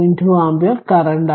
2 ampere കറന്റാണ്